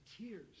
tears